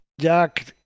Jack